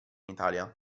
italia